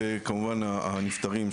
וכמובן הנפטרים.